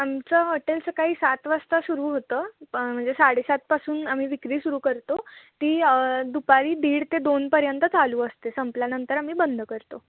आमचं हॉटेल सकाळी सात वाजता सुरू होतं प म्हणजे साडेसातपासून आम्ही विक्री सुरू करतो ती दुपारी दीड ते दोनपर्यंत चालू असते संपल्यानंतर आम्ही बंद करतो